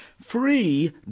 free